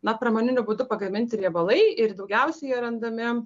na pramoniniu būdu pagaminti riebalai ir daugiausiai jie randami